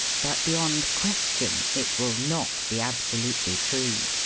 but beyond question it will not be absolutely true.